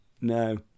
no